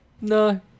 No